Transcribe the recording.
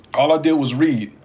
all i did was read.